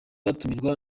batumirwa